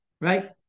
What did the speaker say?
right